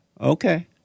okay